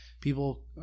People